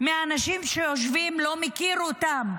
מהאנשים שיושבים לא מכיר אותם.